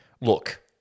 Look